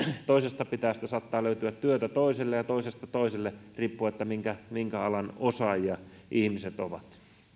toisesta pitäjästä saattaa löytyä työtä toiselle ja toisesta toiselle riippuen siitä minkä minkä alan osaajia ihmiset ovat